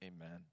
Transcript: Amen